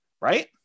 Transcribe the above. right